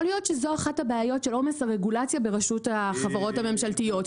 יכול להיות שזו אחת הבעיות של עומס הרגולציה ברשות החברות הממשלתיות.